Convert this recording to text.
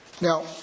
Now